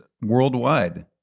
worldwide